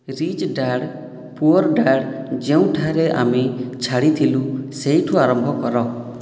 rich Dad Poor Dad ଯେଉଁଠାରେ ଆମେ ଛାଡ଼ିଥିଲୁ ସେଇଠୁ ଆରମ୍ଭ କର